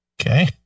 Okay